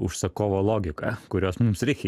užsakovo logiką kurios mums reikia